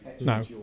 No